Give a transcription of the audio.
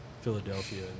Philadelphia